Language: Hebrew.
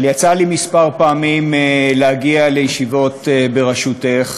אבל יצא לי כמה פעמים להגיע לישיבות בראשותך,